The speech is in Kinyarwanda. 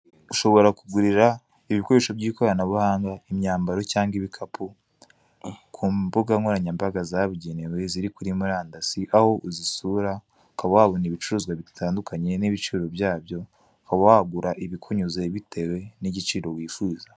Ushobora kugurira ibikoresho by'ikoranabuhanga, imyambaro cyangwa ibikapu ku mbuga nkoranyambaga zabugenewe ziri kuri murandasi, aho uzisura ukaba wabona ibicuruzwa bitandukanye n'ibiciro byabyo, ukaba wagura ibikunyuze bitewe n'igiciro wifuza.